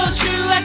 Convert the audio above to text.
true